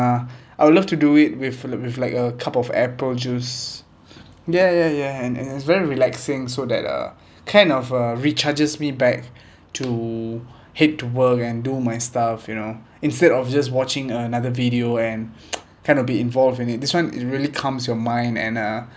I would love to do it with with like a cup of apple juice ya ya ya and and it's very relaxing so that uh kind of uh recharges me back to head to work and do my stuff you know instead of just watching uh another video and kind of be involved in it this one it really calms your mind and uh